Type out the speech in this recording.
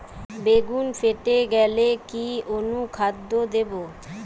বেগুন ফেটে গেলে কি অনুখাদ্য দেবো?